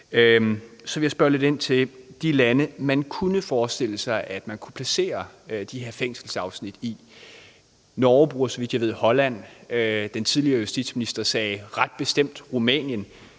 Så vil jeg spørge lidt ind til de lande, man kunne forestille sig man kunne placere de her fængselsafsnit i. Norge bruger, så vidt jeg ved, Holland. Den tidligere justitsminister nævnte ret bestemt Rumænien.